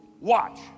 watch